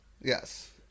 Yes